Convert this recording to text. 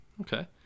okay